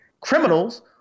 criminals